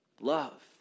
love